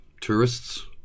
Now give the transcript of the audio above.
tourists